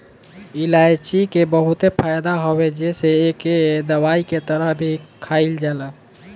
इलायची के बहुते फायदा हवे जेसे एके दवाई के तरह भी खाईल जाला